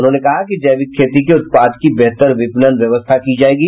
उन्होंने कहा कि जैविक खेती के उत्पाद की बेहतर विपनण व्यवस्था की जायेगी